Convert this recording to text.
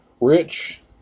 rich